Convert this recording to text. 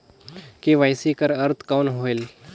KYC कर अर्थ कौन होएल?